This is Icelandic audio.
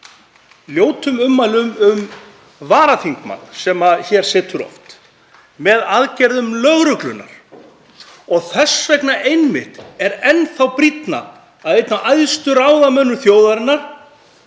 ljótum ummælum um varaþingmann sem hér situr oft, með aðgerðum lögreglunnar og þess vegna einmitt er enn brýnna að einn af æðstu ráðamönnum þjóðarinnar